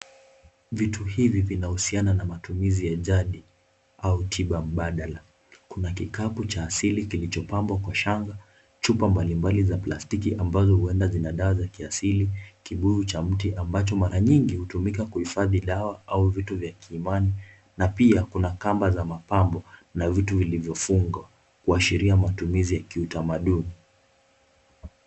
Vitu hivi vinahusiana na matumizi ya jadi, au tiba mbadala. Kuna kikapu cha asili kilichopambwa kwa shanga, chupa mbalimbali za plastiki ambazo huenda zina dawa za kiasili, kibuyu cha mti ambacho mara nyingi hutumika kuhifadhi dawa, au vitu vya kiimani. Na pia kuna kamba za mapambo, na vitu vilivyofungwa kuashiria matumizi ya kiutamaduni.